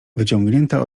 wyciągnięta